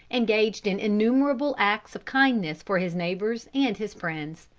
engaged in innumerable acts of kindness for his neighbors and his friends.